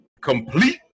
complete